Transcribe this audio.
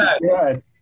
good